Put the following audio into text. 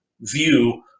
view